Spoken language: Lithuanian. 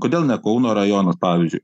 kodėl ne kauno rajonas pavyzdžiui